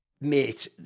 Mate